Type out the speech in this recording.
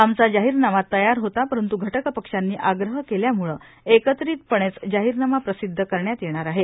आमचा जाहीरनामा तयार होता परंत् घटक पक्षांनी आग्रह केल्यामुळं एकत्रितपणेच जाहिरनामा प्रसिद्ध करण्यात आहे